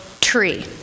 tree